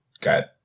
got